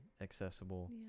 accessible